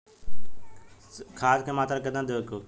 खाध के मात्रा केतना देवे के होखे?